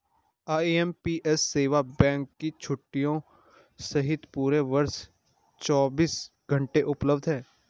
IMPS सेवा bank की छुट्टियों सहित पूरे वर्ष चौबीस घंटे उपलब्ध है